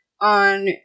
on